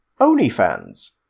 OnlyFans